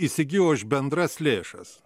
įsigijo už bendras lėšas